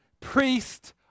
priest